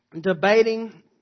debating